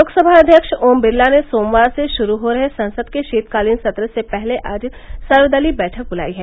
लोकसभा अध्यक्ष ओम बिरला ने सोमवार से शुरू हो रहे संसद के शीतकालीन सत्र से पहले आज सर्वदलीय बैठक बुलाई है